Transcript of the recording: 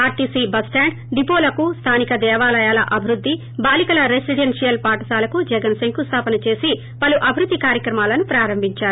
RTC bus stand డిపోలకు స్లానిక దేవాలయాల అభివృద్గి బాలికల రెసిడెన్షియల్ పాఠశాలకు జగన్ శంకుస్లాపన చేసి పలు అభివృద్ధి కార్యక్రమాలను ప్రారంభిందారు